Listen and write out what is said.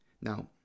Now